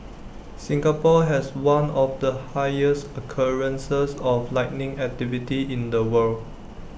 Singapore has one of the highest occurrences of lightning activity in the world